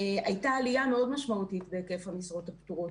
הייתה עלייה מאוד משמעותית בהיקף המשרות הפטורות.